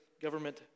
government